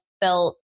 felt